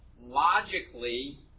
logically